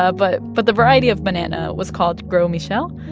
ah but but the variety of banana was called gros michel,